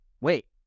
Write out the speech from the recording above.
wait